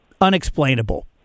unexplainable